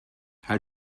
how